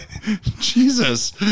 Jesus